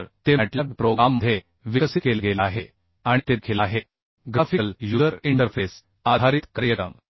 तर ते मॅटलॅब प्रोग्राममध्ये विकसित केले गेले आहे आणि ते देखील आहे ग्राफिकल युजर इंटरफेस आधारित कार्यक्रम